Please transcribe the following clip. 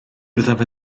byddaf